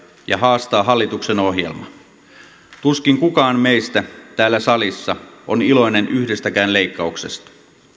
ja haastaa hallituksen ohjelma tuskin kukaan meistä täällä salissa on iloinen yhdestäkään leikkauksesta